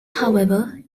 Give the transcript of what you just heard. however